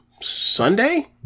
Sunday